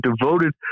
devoted